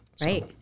right